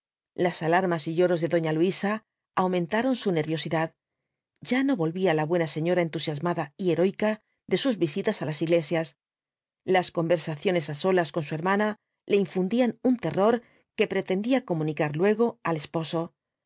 las alarmas y lloros de doña luisa aumentaron su nerviosidad ya no volvía la buena señora entusiasmada y heroica de sus visitas á las iglesias las conversaciones á solas con su hermana le infundían un terror que pretendía comunicar luego al esposo